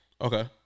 Okay